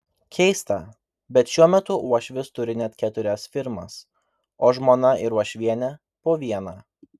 keista bet šiuo metu uošvis turi net keturias firmas o žmona ir uošvienė po vieną